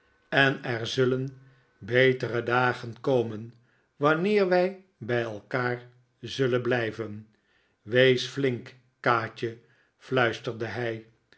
en er zullen betere dagen komen wanneer wij bij elkaar zullen blijven wees flink kaatje fluisterde hij